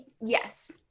Yes